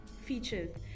features